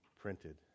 printed